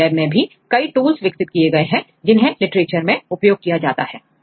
हमारी लैब में भी कई टूल्स विकसित किए गए हैं जिन्हें लिटरेचर में उपयोग किया जाता है